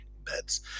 beds